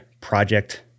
project